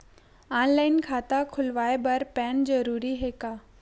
Online खाता खुलवाय बर पैन जरूरी हे का?